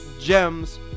gems